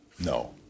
No